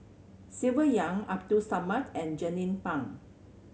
Silvia Yong Abdul Samad and Jernnine Pang